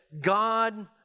God